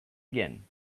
again